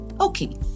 Okay